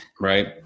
right